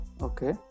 okay